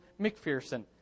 McPherson